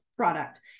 product